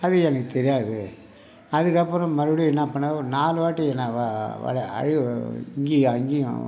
அது எனக்கு தெரியாது அதுக்கப்பறம் மறுபடியும் என்ன பண்ணார் ஒரு நாலு வாட்டி இங்கேயும் அங்கேயும்